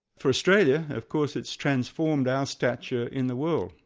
for australia of course, it's transformed our stature in the world.